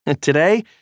Today